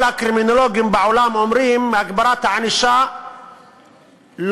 כל הקרימינולוגים בעולם אומרים: הגברת הענישה לא